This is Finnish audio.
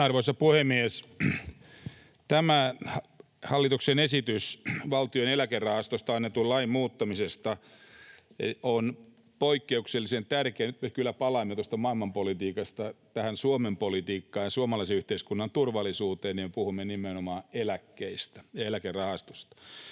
Arvoisa puhemies! Tämä hallituksen esitys Valtion Eläkerahastosta annetun lain muuttamisesta on poikkeuksellisen tärkeä — ja nyt me kyllä palaamme tuosta maailmanpolitiikasta tähän Suomen politiikkaan ja suomalaisen yhteiskunnan turvallisuuteen, kun puhumme nimenomaan eläkkeistä ja